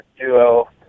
duo